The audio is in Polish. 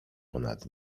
ponad